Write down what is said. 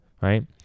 right